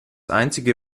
einzige